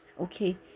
okay